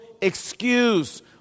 excuse